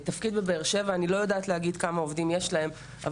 תפקיד בבאר שבע אני לא יודעת להגיד כמה עובדים יש להם.